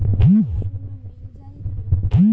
कितना दिन में मील जाई ऋण?